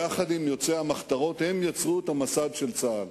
יחד עם יוצאי המחתרות, הם יצרו את המסד של צה"ל.